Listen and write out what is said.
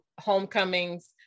homecomings